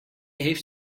heeft